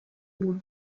bois